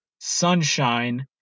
sunshine